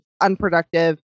unproductive